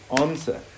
answer